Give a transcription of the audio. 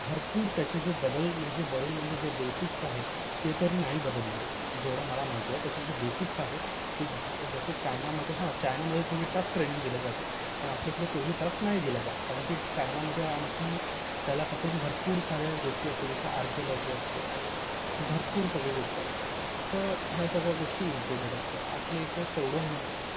भरपूर त्याचे जे बदल म्हणजे बदल म्हणजे जे बेसिक्स आहे ते तरी नाही बदलले जेवढं मला माहिती आहे त्याचे जे बेसिक्स आहे ते ज जसं चायनामधे हां चायनामधे थोडी टफ ट्रेनिंग दिलं जाते पण आपल्याकडे तेवढी टफ नाही दिल्या जात कारण की चायनामधे आणखी त्याला पकडून भरपूर साऱ्या गोष्टी असते जसं आर्कियोलॉजी असते आणि भरपूर सगळी गोष्ट असतात तर ह्या सगळ्या गोष्टी इनक्लुडेड असत्या आपल्या इकडे तेवढं हे नसते